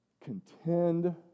Contend